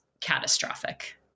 catastrophic